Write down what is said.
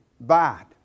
bad